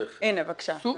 הנה, בבקשה.